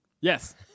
yes